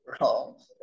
Wrong